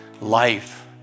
life